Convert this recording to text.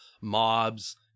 mobs